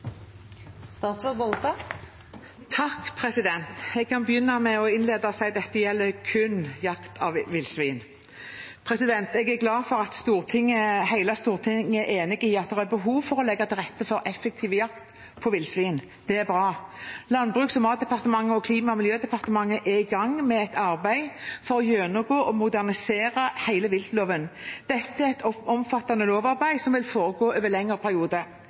Jeg vil innlede med å si at dette gjelder kun jakt på villsvin. Jeg er glad for at hele Stortinget er enig i at det er behov for å legge til rette for effektiv jakt på villsvin. Det er bra! Landbruks- og matdepartementet og Klima- og miljødepartementet er i gang med et arbeid for å gjennomgå og modernisere hele viltloven. Dette er et omfattende lovarbeid, som vil foregå over en lengre periode.